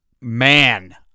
man